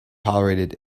tolerated